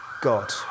God